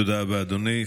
תודה רבה, אדוני.